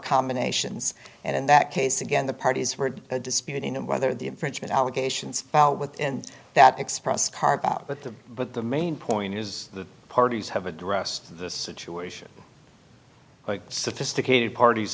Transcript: combinations and in that case again the parties were disputing whether the infringement allegations fell within that express card but the but the main point is the parties have addressed the situation sophisticated parties